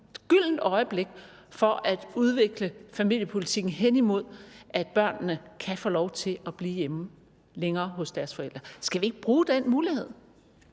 er der et gyldent øjeblik for at udvikle familiepolitikken hen imod, at børnene kan få lov til at blive længere hjemme hos deres forældre. Skal vi ikke bruge den mulighed?